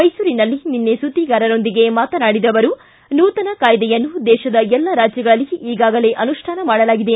ಮೈಸೂರಿನಲ್ಲಿ ನಿನ್ನೆ ಸುದ್ದಿಗಾರರೊಂದಿಗೆ ಮಾತನಾಡಿದ ಅವರು ನೂತನ ಕಾಯ್ದೆಯನ್ನು ದೇಶದ ಎಲ್ಲ ರಾಜ್ಯಗಳಲ್ಲಿ ಈಗಾಗಲೇ ಅನುಷ್ಠಾನ ಮಾಡಲಾಗಿದೆ